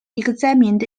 examined